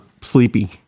sleepy